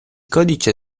codice